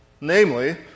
Namely